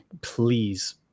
Please